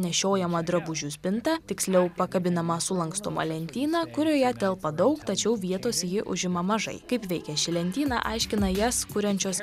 nešiojamą drabužių spintą tiksliau pakabinamą sulankstomą lentyną kurioje telpa daug tačiau vietos ji užima mažai kaip veikia ši lentyna aiškina jas kuriančios